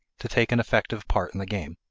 to take an effective part in the game.